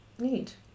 neat